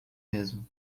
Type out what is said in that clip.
mesmo